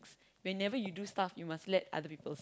whenever you do stuff you must let other people